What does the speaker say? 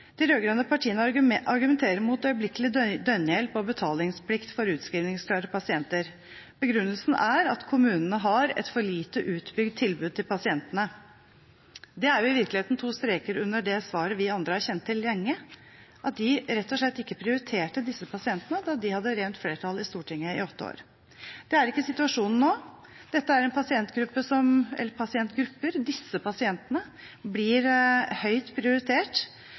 De rød-grønne partiene argumenterer mot øyeblikkelig døgnhjelp og betalingsplikt for utskrivningsklare pasienter. Begrunnelsen er at kommunene har et for lite utbygd tilbud til pasientene. Det er i virkeligheten to streker under det svaret vi andre har kjent til lenge: at de rett og slett ikke prioriterte disse pasientene da de hadde rent flertall i Stortinget i åtte år. Det er ikke situasjonen nå. Disse pasientene blir høyt prioritert, og jeg er